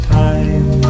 time